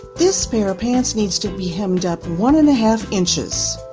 this pair pants needs to be hemmed up one and a half inches,